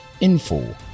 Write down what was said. info